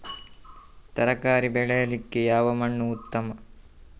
ತರಕಾರಿ ಬೆಳೆಯಲಿಕ್ಕೆ ಯಾವ ಮಣ್ಣು ಉತ್ತಮ?